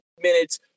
minutes